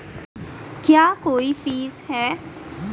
क्या कोई फीस है?